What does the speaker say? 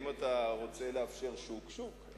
אם אתה רוצה לאפשר שוק, שוק.